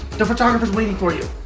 the photographer's waiting for you.